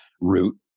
route